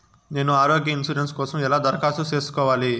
నేను ఆరోగ్య ఇన్సూరెన్సు కోసం ఎలా దరఖాస్తు సేసుకోవాలి